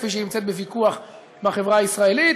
כפי שהיא נמצאת בוויכוח בחברה הישראלית,